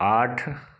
आठ